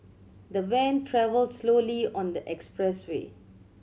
the van travelled slowly on the expressway